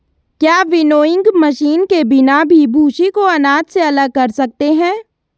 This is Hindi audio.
क्या विनोइंग मशीन के बिना भी भूसी को अनाज से अलग कर सकते हैं?